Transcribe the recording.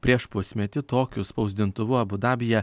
prieš pusmetį tokiu spausdintuvu abu dabyje